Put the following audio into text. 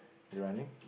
it's running